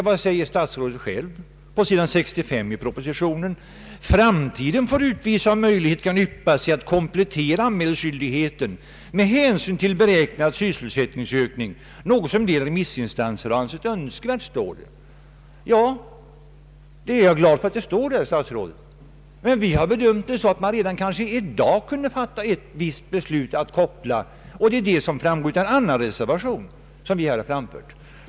Vad anser herr statsrådet härom? På sidan 65 i propositionen står att framtiden får utvisa om möjlighet kan yppa sig att kom Ang. lokaliseringssamråd, m.m. plettera anmälningsskyldigheten med hänsyn till beräknad sysselsättningsökning, något som en del remissinstanser har ansett önskvärt. Jag är glad att det står på det sättet, men vi har bedömt det så att man kanske redan i dag kunde fatta ett visst beslut att koppla ihop dessa saker, och det framgår av en annan reservation.